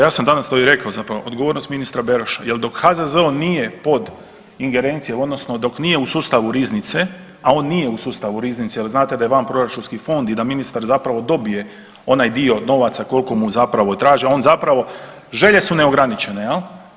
Ja sam danas to i rekao zapravo odgovornost ministra Beroša jel dok HZZO nije pod ingerencijom odnosno dok nije u sustavu riznice, a on nije u sustavu riznice jel znate da je vanproračunski fond i da ministar zapravo dobije onaj dio novaca kolko mu zapravo traže, on zapravo, želje su neograničene jel.